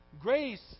Grace